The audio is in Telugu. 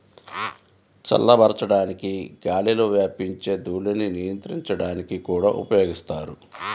చల్లబరచడానికి గాలిలో వ్యాపించే ధూళిని నియంత్రించడానికి కూడా ఉపయోగిస్తారు